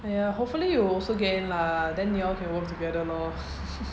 !aiya! hopefully you will also get lah then you all can work together lor